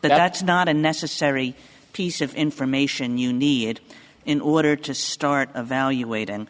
but that's not a necessary piece of information you need in order to start evaluating